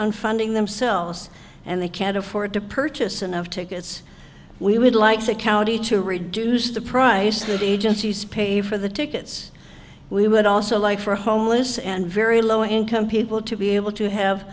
on funding themselves and they can't afford to purchase and have tickets we would like the county to reduce the price that agencies pay for the tickets we would also like for homeless and very low income people to be able to have